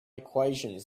equations